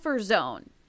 zone